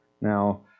Now